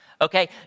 Okay